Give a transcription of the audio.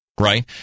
Right